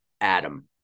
Adam